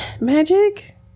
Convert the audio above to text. magic